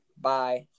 bye